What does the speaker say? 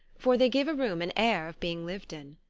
for they give a room an air of being lived in.